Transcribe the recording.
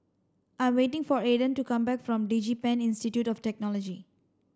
I'm waiting for Aedan to come back from DigiPen Institute of Technology